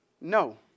no